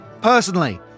personally